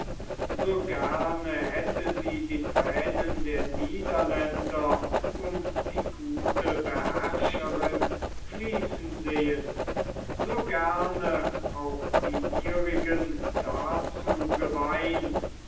so gerne hätte sie die thränen der niederländer um die gute beherrscherin fließen sehen so gerne auch die ihrigen dazu geweint